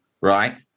right